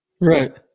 right